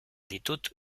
ditut